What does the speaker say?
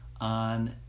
on